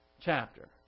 chapter